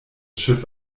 schiff